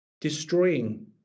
destroying